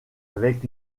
avec